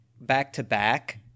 back-to-back